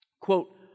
quote